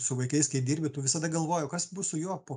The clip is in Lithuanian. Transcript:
su vaikais kai dirbi tu visada galvoji o kas bus su juo po